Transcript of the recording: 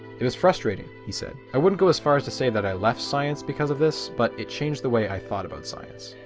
it was frustrating he said, i wouldn't go as far as to say that i left science because of this but it changed the way i thought about science.